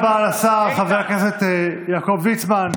תודה רבה לשר, חבר הכנסת יעקב ליצמן.